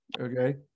okay